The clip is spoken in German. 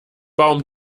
baum